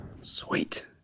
sweet